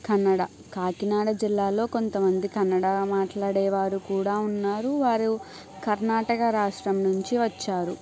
కన్నడ కాకినాడ జిల్లాలో కొంతమంది కన్నడ మాట్లాడే వారు కూడా ఉన్నారు వారు కర్ణాటక రాష్ట్రం నుంచి వచ్చారు